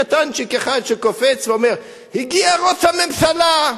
יש קטנצ'יק אחד שקופץ ואומר: הגיע ראש הממשלה.